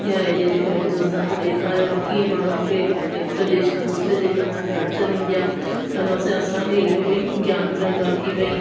या हेॾे जेको हिंदुस्तान जो ॾेखारियऊं कीअं माण्हुनि खे हिक देश खां दूसरे देश वञणु में अड़चनु ईंदी आहे त हुनसां असांखे इहो बि ज्ञान मिलंदो आहे की भई